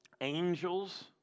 angels